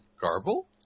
Garble